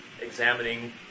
examining